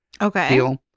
Okay